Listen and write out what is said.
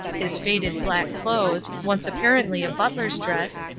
his faded black clothes, once apparently a butler's dress,